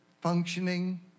functioning